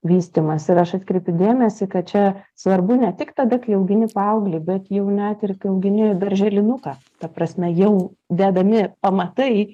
vystymąsi ir aš atkreipiu dėmesį kad čia svarbu ne tik tada kai augini paauglį bet jau net ir kai augini darželinuką ta prasme jau dedami pamatai